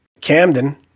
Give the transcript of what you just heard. Camden